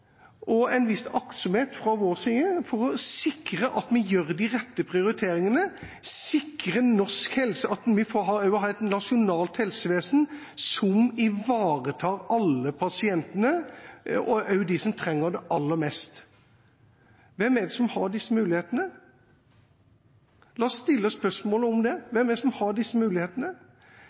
og en viss aktsomhet fra vår side for å sikre at vi gjør de rette prioriteringene, og sikre at vi har et nasjonalt helsevesen som ivaretar alle pasientene, også dem som trenger det aller mest. Hvem er det som har disse mulighetene? La oss stille spørsmål om det: Hvem er det som har disse mulighetene?